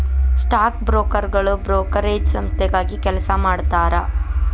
stock ಬ್ರೋಕರ್ಗಳು brokerage ಸಂಸ್ಥೆಗಾಗಿ ಕೆಲಸ ಮಾಡತಾರಾ